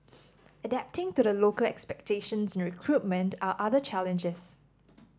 adapting to the local expectations and recruitment are other challenges